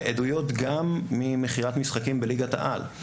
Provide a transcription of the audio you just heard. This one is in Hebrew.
ועדויות גם ממכירת משחקים בליגת העל.